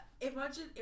imagine